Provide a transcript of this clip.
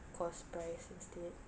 cost price instead